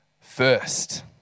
first